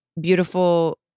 beautiful